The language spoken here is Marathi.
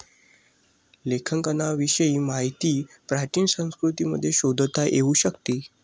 लेखांकनाविषयी माहिती प्राचीन संस्कृतींमध्ये शोधता येऊ शकते